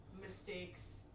mistakes